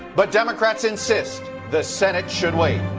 but democrats insist the senate should wait.